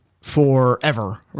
forever